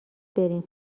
بریم